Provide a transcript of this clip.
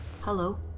Hello